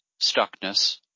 stuckness